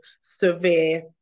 severe